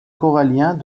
coralliens